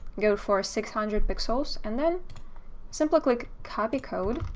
go for six hundred pixels and then simply click copy code.